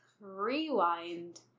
rewind